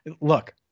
look